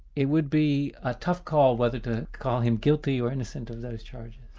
it would be a tough call whether to call him guilty or innocent of those charges.